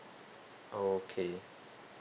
okay